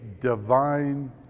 divine